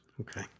Okay